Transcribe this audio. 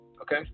okay